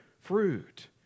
fruit